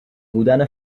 بودن